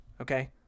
okay